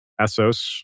Essos